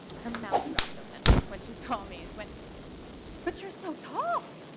her mouth dropped open when she saw me, and but but you're so tall!